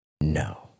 no